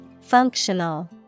Functional